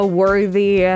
worthy